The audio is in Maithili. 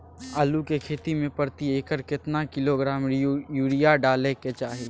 आलू के खेती में प्रति एकर केतना किलोग्राम यूरिया डालय के चाही?